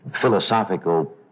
philosophical